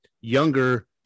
younger